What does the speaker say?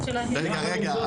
רגע,